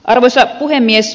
arvoisa puhemies